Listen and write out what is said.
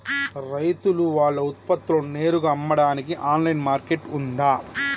రైతులు వాళ్ల ఉత్పత్తులను నేరుగా అమ్మడానికి ఆన్లైన్ మార్కెట్ ఉందా?